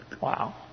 Wow